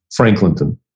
Franklinton